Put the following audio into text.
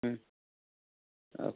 മ് ഓക്കെ